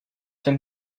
been